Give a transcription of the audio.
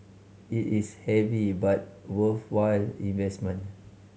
it is heavy but worthwhile investment